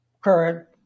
current